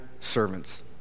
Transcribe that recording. servants